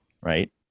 Right